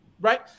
right